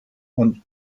und